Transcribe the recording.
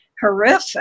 horrific